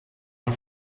har